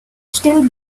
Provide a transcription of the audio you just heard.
still